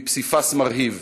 בפסיפס מרהיב.